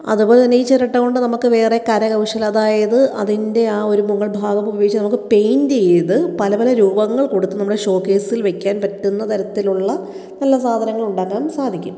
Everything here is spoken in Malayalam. അതുപോലെ തന്നെ ഈ ചിരട്ട കൊണ്ട് നമുക്ക് വെറെ കരകൗശല അതായത് അതിന്റെ ആ ഒരു മുകൾ ഭാഗം ഉപയോഗിച്ച് നമുക്ക് പെയിന്റ് ചെയ്ത് പല പല രൂപങ്ങള് കൊടുത്ത് നമ്മുടെ ഷോ കെയ്സില് വെയ്ക്കാന് പറ്റുന്ന തരത്തിലുള്ള അങ്ങനെയുള്ള സാധനങ്ങള് ഉണ്ടാക്കാന് സാധിക്കും